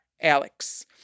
Alex